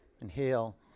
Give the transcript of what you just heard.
inhale